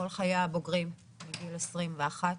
מגיל 21,